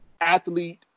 athlete